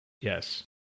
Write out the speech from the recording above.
Yes